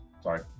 Sorry